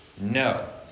No